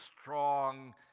strong